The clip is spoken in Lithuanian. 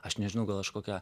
aš nežinau gal aš kokią